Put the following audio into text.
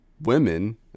women